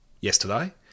yesterday